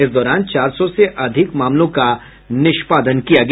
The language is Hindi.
इस दौरान चार सौ से अधिक मामलों का निष्पादन किया गया